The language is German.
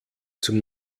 zum